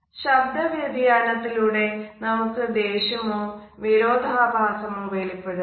ശബ്ദ വ്യതിയാനത്തിലൂടെ നമുക്ക് ദേഷ്യമോ വിരോധാഭാസമോ വെളിപെടുത്താം